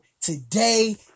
today